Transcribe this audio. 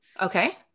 Okay